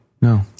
No